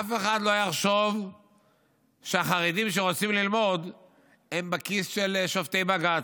שאף אחד לא יחשוב שהחרדים שרוצים ללמוד הם בכיס של שופטי בג"ץ.